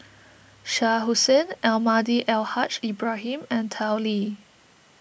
Shah Hussain Almahdi Al Haj Ibrahim and Tao Li